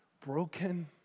broken